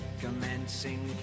Commencing